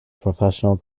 professional